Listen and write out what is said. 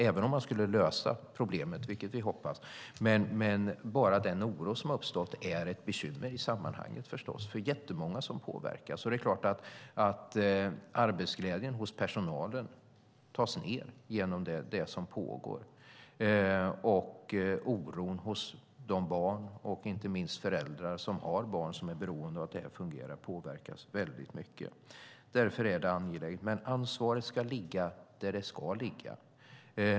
Även om man skulle lösa problemet, vilket vi hoppas, är den oro som har uppstått förstås ett bekymmer i sammanhanget. Det är jättemånga som påverkas. Det är klart att arbetsglädjen hos personalen dras in genom det som pågår, och de barn och inte minst föräldrar som har barn som är beroende av att det här fungerar påverkas väldigt mycket. Därför är det angeläget. Men ansvaret ska ligga där det ska ligga.